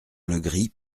legris